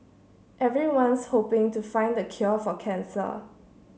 everyone's hoping to find the cure for cancer